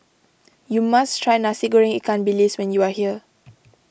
you must try Nasi Goreng Ikan Bilis when you are here